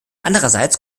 andererseits